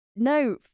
No